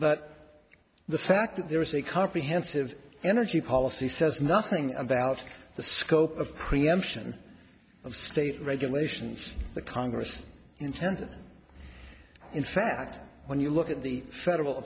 but the fact that there is a comprehensive energy policy says nothing about the scope of preemption of state regulations the congress intended in fact when you look at the federal